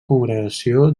congregació